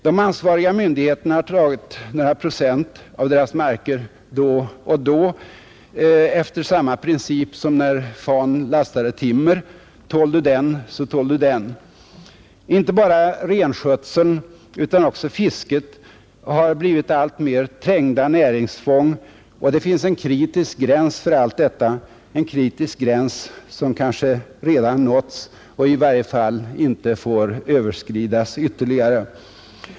De ansvariga myndigheterna har tagit några procent av deras marker då och då efter samma princip som när fan lastade timmer: Tål du den, så tål du den. Inte bara renskötseln utan också fisket har blivit alltmer trängda näringsfång, och det finns en kritisk gräns för allt detta, en kritisk gräns som kanske redan nåtts och i varje fall inte får överskridas ytterligare.